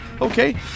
okay